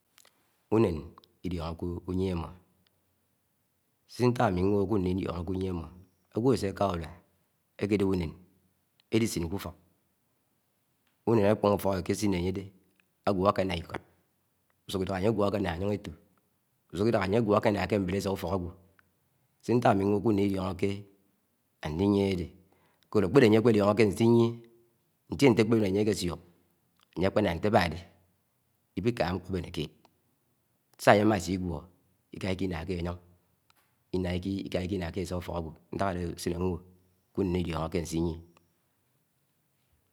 . Unén llichoke úyiémo Nside onták ámi-nwoho ke unen Ilichoke. uyíemọ ñdé ké áwọ ásẹaká urua akéděp únén elisin kufọk Unen akpọñg ufók ékésine Ayede aguọ akenna ikọd, usuho idaha ayegwo a kenna ayóng eto, Usuho Idaha ayegwo akeńńá kè Mbenesa ufok awo. Nside ntok ami-nwoho ke unen Iliohoké áliyíe adédé. Ñsá-dehe kpédé aye akpeliohoke asiyie ntie-nte ekpebeng ayé éké suok ayé akpena nte aba-de. Ikpikaha Mbubeneket Ńsá-aye amasiguo, Ika-kenna keyöng Iká-Ikínñá ké-esah útok awo, ntak Adésin A-Jwoh kunen lliohoke asiyié.